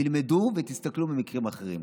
תסתכלו ותלמדו ממקרים אחרים.